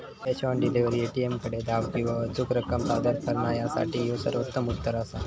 cash on delivery, ए.टी.एमकडे धाव किंवा अचूक रक्कम सादर करणा यासाठी ह्यो सर्वोत्तम उत्तर असा